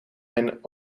mijn